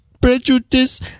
prejudice